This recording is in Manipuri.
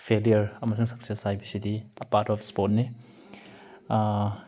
ꯐꯦꯜꯂꯤꯌꯔ ꯑꯃꯁꯨꯡ ꯁꯛꯁꯦꯁ ꯍꯥꯏꯕꯁꯤꯗꯤ ꯑꯦ ꯄꯥꯔꯠ ꯑꯣꯐ ꯏꯁꯄꯣꯔꯠꯅꯤ